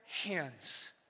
hands